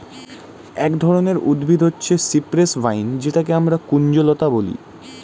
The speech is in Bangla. এক ধরনের উদ্ভিদ হচ্ছে সিপ্রেস ভাইন যেটাকে আমরা কুঞ্জলতা বলি